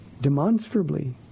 Demonstrably